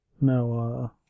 No